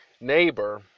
neighbor